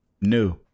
new